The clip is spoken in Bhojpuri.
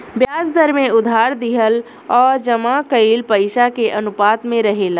ब्याज दर में उधार दिहल आ जमा कईल पइसा के अनुपात में रहेला